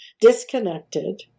disconnected